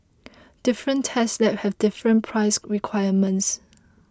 different test labs have different price requirements